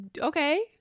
okay